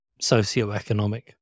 socioeconomic